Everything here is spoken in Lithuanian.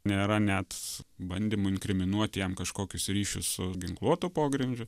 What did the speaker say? nėra net bandymų inkriminuoti jam kažkokius ryšius su ginkluotu pogrindžiu